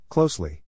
Closely